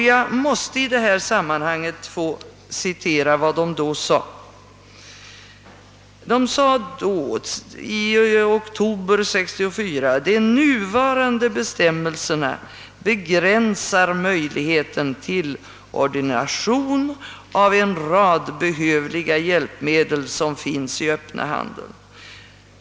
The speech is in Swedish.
Jag måste i detta sammanhang få citera en del av vad De handikappades centralkommitté där anförde: »De nuvarande bestämmelserna begränsar möjligheten till ordination av en rad behövliga hjälpmedel som finns i öppna handeln.